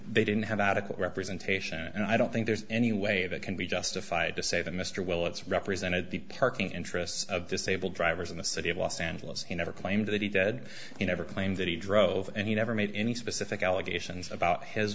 they didn't have adequate representation and i don't think there's any way that can be justified to say that mr willetts represented the parking interests of disabled drivers in the city of los angeles he never claimed that he said you never claimed that he drove and he never made any specific allegations about his